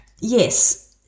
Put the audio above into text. yes